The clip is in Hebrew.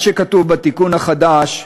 מה שכתוב בתיקון החדש,